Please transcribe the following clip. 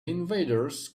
invaders